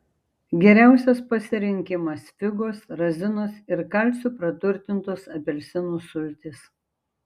geriausias pasirinkimas figos razinos ir kalciu praturtintos apelsinų sultys